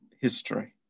history